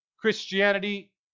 Christianity